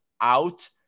out